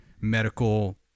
medical